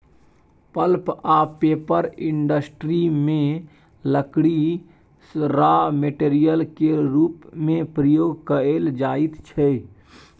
pulp आ paper industry मे लकड़ी राँ मेटेरियल केर रुप मे प्रयोग कएल जाइत छै